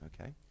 Okay